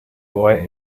boy